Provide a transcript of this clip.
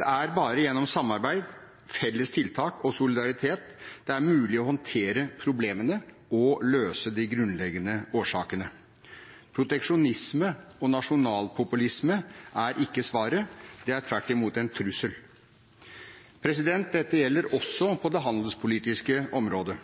Det er bare gjennom samarbeid, felles tiltak og solidaritet det er mulig å håndtere problemene og løse de grunnleggende årsakene. Proteksjonisme og nasjonalpopulisme er ikke svaret; det er tvert imot en trussel. Dette gjelder også på det handelspolitiske området.